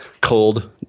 cold